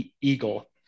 eagle